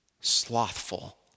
slothful